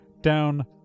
down